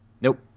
Nope